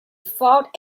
fought